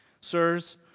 Sirs